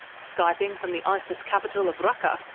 skyping from the isis capital of raqqa,